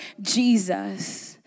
Jesus